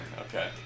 Okay